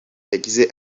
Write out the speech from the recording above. yagize